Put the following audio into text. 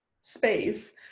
space